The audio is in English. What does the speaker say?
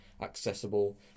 accessible